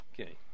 okay